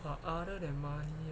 uh other than money